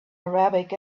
arabic